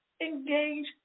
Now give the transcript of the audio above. Engage